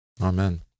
Amen